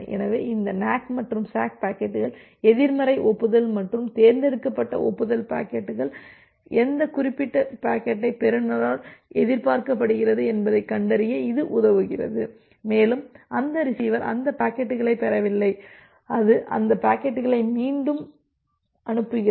எனவே இந்த நேக் மற்றும் சேக் பாக்கெட்டுகள் எதிர்மறை ஒப்புதல் மற்றும் தேர்ந்தெடுக்கப்பட்ட ஒப்புதல் பாக்கெட்டுகள் எந்த குறிப்பிட்ட பாக்கெட்டை பெறுநரால் எதிர்பார்க்கப்படுகிறது என்பதைக் கண்டறிய இது உதவுகிறது மேலும் அந்த ரிசீவர் அந்த பாக்கெட்டுகளைப் பெறவில்லை அது அந்த பாக்கெட்டுகளை மட்டுமே மீண்டும் அனுப்புகிறது